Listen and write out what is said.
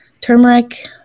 turmeric